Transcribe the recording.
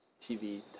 TV